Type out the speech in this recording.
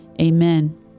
amen